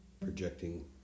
projecting